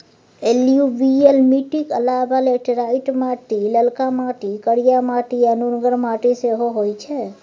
एलुयुबियल मीटिक अलाबा लेटेराइट माटि, ललका माटि, करिया माटि आ नुनगर माटि सेहो होइ छै